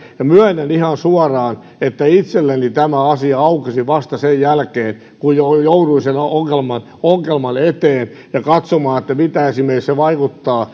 ja myönnän ihan suoraan että itselleni tämä asia aukesi vasta sen jälkeen kun jouduin sen ongelman ongelman eteen ja katsomaan mitä olisi vaikuttanut esimerkiksi se